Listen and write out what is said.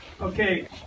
Okay